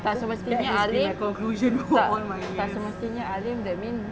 tak semestinya alim tak tak semestinya alim that mean